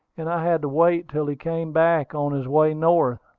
and i had to wait till he came back, on his way north.